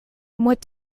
what